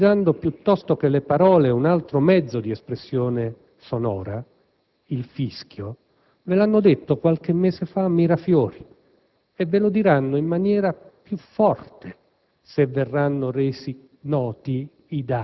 La stessa affermazione, utilizzando piuttosto che le parole un altro mezzo di espressione sonora, il fischio, ve l'hanno fatta qualche mese fa a Mirafiori e ve la ribadiranno, in maniera ancora